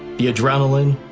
the adrenaline,